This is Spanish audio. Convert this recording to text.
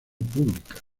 pública